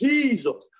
Jesus